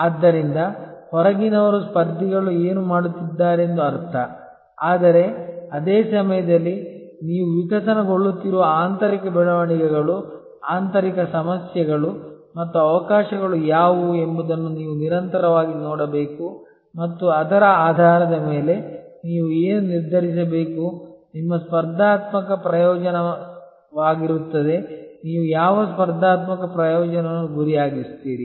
ಆದ್ದರಿಂದ ಹೊರಗಿನವರು ಸ್ಪರ್ಧಿಗಳು ಏನು ಮಾಡುತ್ತಿದ್ದಾರೆಂದು ಅರ್ಥ ಆದರೆ ಅದೇ ಸಮಯದಲ್ಲಿ ನೀವು ವಿಕಸನಗೊಳ್ಳುತ್ತಿರುವ ಆಂತರಿಕ ಬೆಳವಣಿಗೆಗಳು ಆಂತರಿಕ ಸಮಸ್ಯೆಗಳು ಮತ್ತು ಅವಕಾಶಗಳು ಯಾವುವು ಎಂಬುದನ್ನು ನೀವು ನಿರಂತರವಾಗಿ ನೋಡಬೇಕು ಮತ್ತು ಅದರ ಆಧಾರದ ಮೇಲೆ ನೀವು ಏನು ನಿರ್ಧರಿಸಬೇಕು ನಿಮ್ಮ ಸ್ಪರ್ಧಾತ್ಮಕ ಪ್ರಯೋಜನವಾಗಿರುತ್ತದೆ ನೀವು ಯಾವ ಸ್ಪರ್ಧಾತ್ಮಕ ಪ್ರಯೋಜನವನ್ನು ಗುರಿಯಾಗಿಸುತ್ತೀರಿ